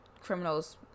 criminals